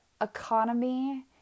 economy